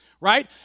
right